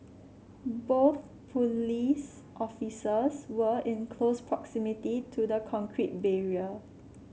both police officers were in close proximity to the concrete barrier